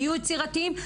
תהיו יצירתיים.